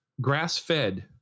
Grass-fed